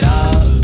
up